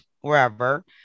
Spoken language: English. wherever